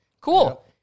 Cool